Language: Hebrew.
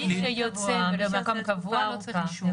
מי שיוצא למקום קבוע לא צריך אישור.